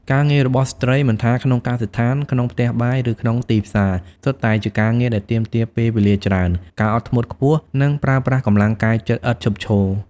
ការងាររបស់ស្ត្រី មិនថាក្នុងកសិដ្ឋាន ក្នុងផ្ទះបាយ ឬក្នុងទីផ្សារ សុទ្ធតែជាការងារដែលទាមទារពេលវេលាច្រើន ការអត់ធ្មត់ខ្ពស់ និងប្រើប្រាស់កម្លាំងកាយចិត្តឥតឈប់ឈរ។